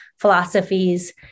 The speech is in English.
philosophies